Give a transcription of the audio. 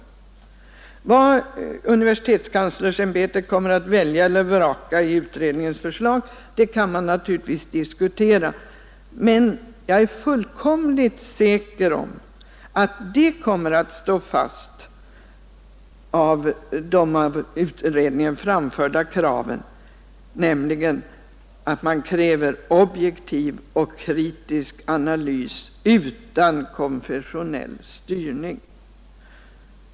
Vad universitetskanslersämbetet kommer att välja eller vraka i utredningens förslag kan man naturligtvis diskutera, men jag är fullkomligt säker på att det som kommer att stå fast av de av utredningen framförda kraven är att man kräver objektiv och kritisk analys utan konfessionell styrning.